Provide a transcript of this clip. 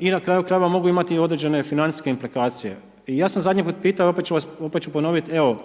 i na kraju krajeva, mogu imati određene financijske implikacije. Ja sam zadnji put pitao i opet ću vas ponovit, evo,